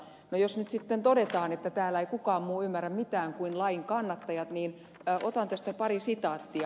no jos nyt sitten todetaan että täällä ei kukaan muu ymmärrä mitään kuin lain kannattajat niin otan tästä pari sitaattia